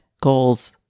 goals